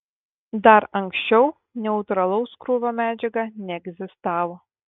dar anksčiau neutralaus krūvio medžiaga neegzistavo